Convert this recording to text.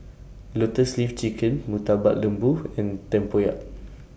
Lotus Leaf Chicken Murtabak Lembu and Tempoyak